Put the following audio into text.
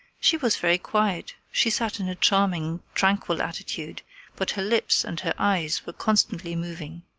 she was very quiet she sat in a charming, tranquil attitude but her lips and her eyes were constantly moving.